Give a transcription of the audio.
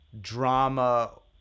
drama